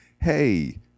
hey